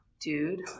dude